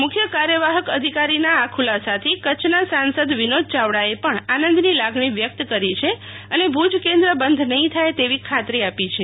મુખ્ય કાર્યવાહક અધિકારીના આ ખુલાસાથી કરછના સાંસદ વિનોદ ચાવડાએ પણ આનંદની લાગણી વ્યક્ત કરી છે અને ભુજ કેન્દ્ર બંધ નહી થાય તેવી ખાતરી આપી છે